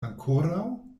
ankoraŭ